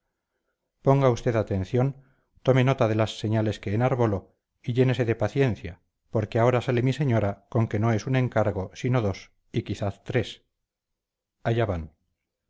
ponga usted atención tome nota de las señales que enarbolo y llénese de paciencia porque ahora sale mi señora con que no es un encargo sino dos y quizás tres allá van